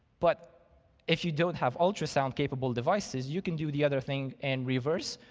but if you don't have ultrasound capable devices, you can do the other thing and reverse,